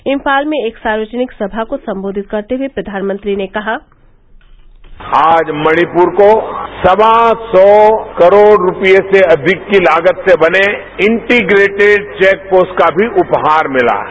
इम्फाल में एक सार्वजनिक सभा को संबोधित करते हुए प्रधानमंत्री ने कहा आज मणिप्र को सवा सौ करोड़ रूपए से अधिक की लागत से बने इंटीप्रेटिड चौक पोस्ट का भी उपहार मिला है